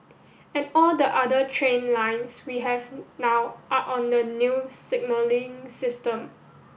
and all the other train lines we have now are on the new signalling system